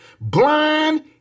Blind